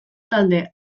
talde